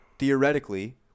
Theoretically